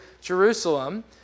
Jerusalem